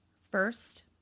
First